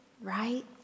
right